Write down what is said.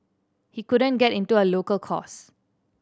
he couldn't get into a local course